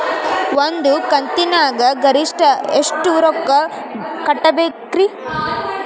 ಒಂದ್ ಕಂತಿನ್ಯಾಗ ಗರಿಷ್ಠ ಎಷ್ಟ ರೊಕ್ಕ ಕಟ್ಟಬೇಕ್ರಿ?